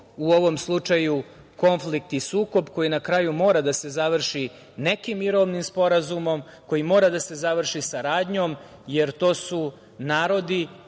u ovom slučaju, konflikt i sukob, koji na kraju mora da se završi nekim mirovnim sporazumom, koji mora da se završi saradnjom, jer to su narodi